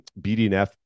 BDNF